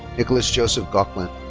nicholas joseph gocklin.